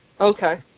Okay